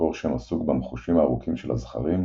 מקור שם הסוג במחושים הארוכים של הזכרים,